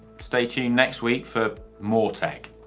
stay tuned next week for more tech.